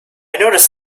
noticed